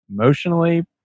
emotionally